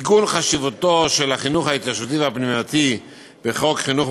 עיגון חשיבותו של החינוך ההתיישבותי והפנימייתי בחוק חינוך